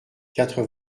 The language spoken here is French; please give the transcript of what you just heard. quatre